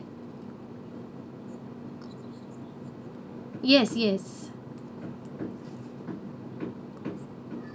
yes yes